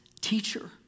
teacher